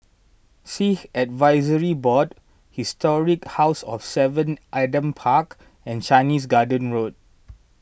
Sikh Advisory Board Historic House of Seven Adam Park and Chinese Garden Road